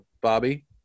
Bobby